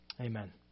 Amen